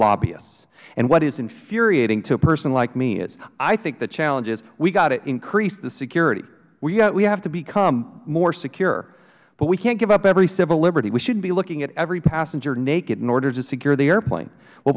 lobbyists and what is infuriating to a person like me is i think the challenge is we have got to increase the security we have to become more secure but we can't give up every civil liberty we shouldn't be looking at every passenger naked in order to secure the airplane w